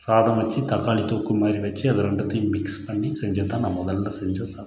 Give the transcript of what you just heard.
சாதம் வச்சு தக்காளி தொக்கு மாதிரி வச்சு அதை ரெண்டுத்தையும் மிக்ஸ் பண்ணி செஞ்சது தான் நான் முதல்ல செஞ்ச சாப்பாடு